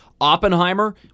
Oppenheimer